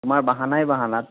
তোমাৰ বাহানাই বাহানা